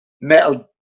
metal